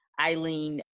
Eileen